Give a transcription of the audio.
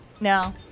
No